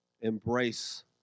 Embrace